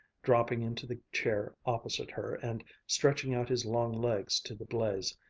dropping into the chair opposite her and stretching out his long legs to the blaze.